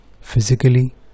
physically